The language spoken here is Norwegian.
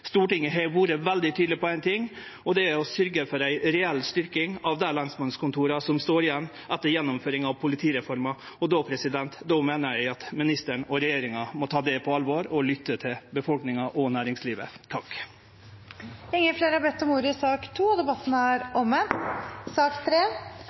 Stortinget har vore veldig tydeleg på éin ting, og det er å sørgje for ei reell styrking av dei lensmannskontora som står att etter gjennomføringa av politireforma. Då meiner eg at ministeren og regjeringa må ta det på alvor og lytte til befolkninga og næringslivet. Flere har ikke bedt om ordet til sak nr. 2. Ingen har bedt om ordet.